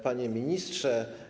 Panie Ministrze!